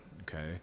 okay